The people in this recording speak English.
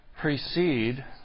precede